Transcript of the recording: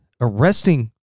arresting